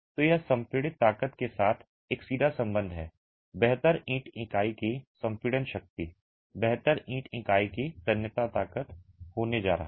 तो यह संपीड़ित ताकत के साथ एक सीधा संबंध है बेहतर ईंट इकाई की संपीड़न शक्ति बेहतर ईंट इकाई की तन्यता ताकत होने जा रहा है